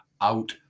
out